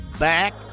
Back